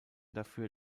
dafür